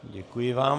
Děkuji vám.